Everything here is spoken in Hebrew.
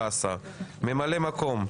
ממלאי מקום: